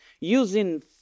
using